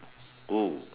!woo!